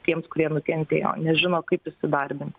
tiems kurie nukentėjo nežino kaip įsidarbint